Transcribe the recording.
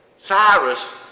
Cyrus